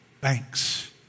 thanks